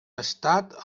estat